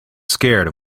scared